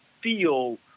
feel